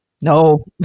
No